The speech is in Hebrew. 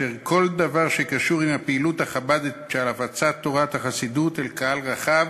שכל דבר שקשור עם הפעילות החב"דית של הפצת תורת החסידות לקהל רחב